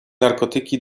narkotyki